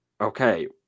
Okay